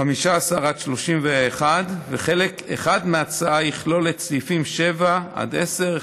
15 31 וחלק אחר מההצעה יכלול את סעיפים 7 10,